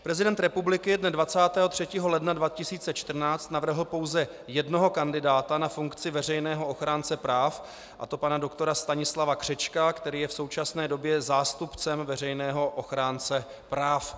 Prezident republiky dne 23. ledna 2014 navrhl pouze jednoho kandidáta na funkci veřejného ochránce práv, a to pana doktora Stanislava Křečka, který je v současné době zástupcem veřejného ochránce práv.